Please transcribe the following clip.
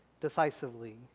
decisively